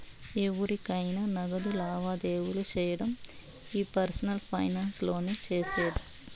ఎవురికైనా నగదు లావాదేవీలు సేయడం ఈ పర్సనల్ ఫైనాన్స్ లోనే సేసేది